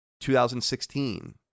2016